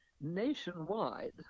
Nationwide